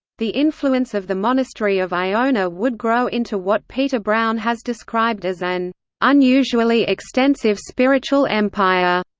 the influence of the monastery of iona would grow into what peter brown has described as an unusually extensive spiritual empire,